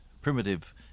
primitive